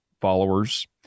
followers